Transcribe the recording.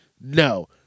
No